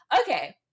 okay